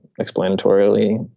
explanatorily